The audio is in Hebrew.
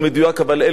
אבל אלו היו הדברים: